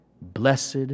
Blessed